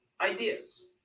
ideas